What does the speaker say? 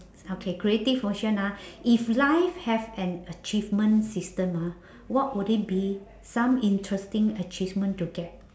okay creative question ah if life have an achievement system ah what would it be some interesting achievement to get